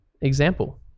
example